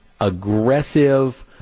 aggressive